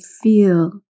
feel